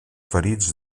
ferits